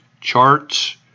charts